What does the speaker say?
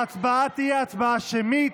ההצבעה תהיה הצבעה שמית.